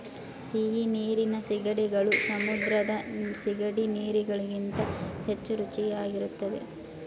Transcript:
ಸಿಹಿನೀರಿನ ಸೀಗಡಿಗಳು ಸಮುದ್ರದ ಸಿಗಡಿ ಗಳಿಗಿಂತ ಹೆಚ್ಚು ರುಚಿಯಾಗಿರುತ್ತದೆ